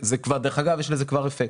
דרך אגב, יש לזה כבר אפקט.